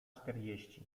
czterdzieści